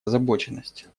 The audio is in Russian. озабоченность